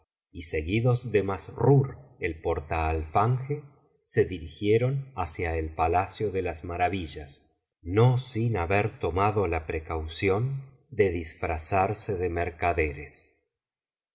y seguidos de massrur el portaalfanje se dirigieron hacia el palacio de las maravillas no sin haber tomado la precaución de disfrazarse de mercaderes